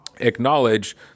acknowledge